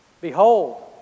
Behold